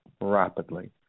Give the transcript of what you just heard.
rapidly